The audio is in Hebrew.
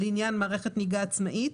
לעניין מערכת נהיגה עצמאית